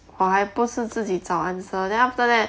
我还不是自己找 answer then after that